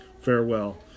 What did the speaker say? Farewell